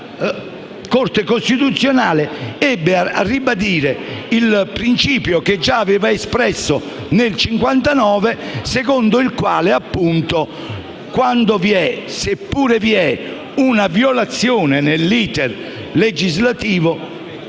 la Corte costituzionale ebbe a ribadire il principio che già aveva espresso nel 1959, secondo il quale, seppure vi è una violazione nell'*iter* legislativo,